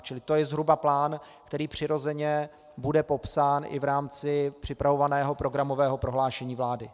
Čili to je zhruba plán, který přirozeně bude popsán i v rámci připravovaného programového prohlášení vlády.